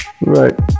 Right